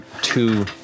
two